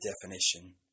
definition